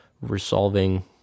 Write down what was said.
resolving